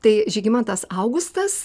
tai žygimantas augustas